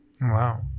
Wow